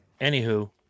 Anywho